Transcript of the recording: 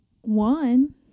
one